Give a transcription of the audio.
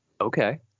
Okay